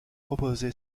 proposé